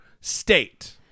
state